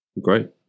Great